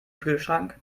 kühlschrank